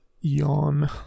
yawn